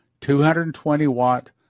220-watt